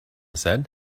said